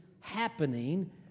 happening